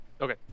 okay